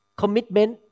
commitment